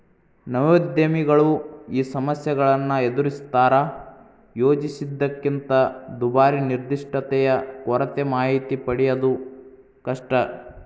ನವೋದ್ಯಮಿಗಳು ಈ ಸಮಸ್ಯೆಗಳನ್ನ ಎದರಿಸ್ತಾರಾ ಯೋಜಿಸಿದ್ದಕ್ಕಿಂತ ದುಬಾರಿ ನಿರ್ದಿಷ್ಟತೆಯ ಕೊರತೆ ಮಾಹಿತಿ ಪಡೆಯದು ಕಷ್ಟ